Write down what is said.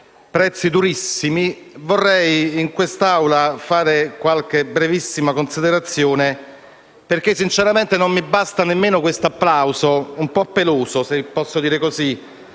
prezzi durissimi. In quest'Assemblea vorrei fare qualche brevissima considerazione, perché, sinceramente, non mi basta nemmeno questo applauso, un po' peloso, se posso dire così,